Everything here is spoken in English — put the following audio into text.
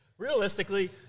Realistically